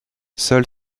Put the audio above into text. seul